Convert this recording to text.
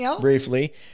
briefly